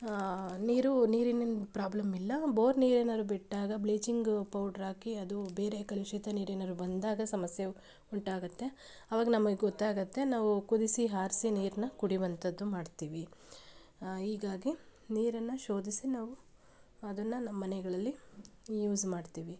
ನೀರು ನೀರಿನಿಂದ ಪ್ರಾಬ್ಲಮ್ ಇಲ್ಲ ಬೋರ್ ನೀರು ಏನಾದ್ರೂ ಬಿಟ್ಟಾಗ ಬ್ಲೀಚಿಂಗ್ ಪೌಡ್ರ್ ಹಾಕಿ ಅದು ಬೇರೆ ಕಲುಷಿತ ನೀರು ಏನಾದ್ರೂ ಬಂದಾಗ ಸಮಸ್ಯೆ ಉಂಟಾಗುತ್ತೆ ಅವಾಗ ನಮಗೆ ಗೊತ್ತಾಗುತ್ತೆ ನಾವು ಕುದಿಸಿ ಹಾರಿಸಿ ನೀರನ್ನ ಕುಡಿವಂಥದ್ದು ಮಾಡ್ತೀವಿ ಹೀಗಾಗಿ ನೀರನ್ನು ಶೋಧಿಸಿ ನಾವು ಅದನ್ನು ನಮ್ಮನೆಗಳಲ್ಲಿ ಯೂಸ್ ಮಾಡ್ತೀವಿ